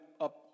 up